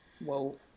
Whoa